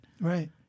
Right